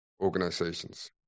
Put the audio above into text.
organizations